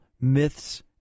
myths